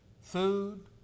food